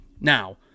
Now